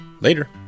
Later